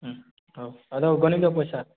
ହଉ ଆଉ ଗଣିଦିଅ ପଇସା